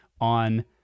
on